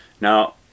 Now